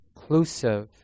inclusive